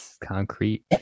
concrete